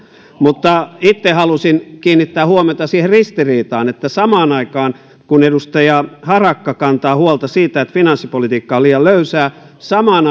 mutta itse halusin kiinnittää huomiota siihen ristiriitaan että kun edustaja harakka kantaa huolta siitä että finanssipolitiikka on liian löysää samaan